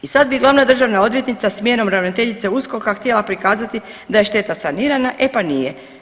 I sad bi glavna državna odvjetnica smjenom ravnateljice USKOK-a htjela prikazati da je šteta sanirana, e pa nije.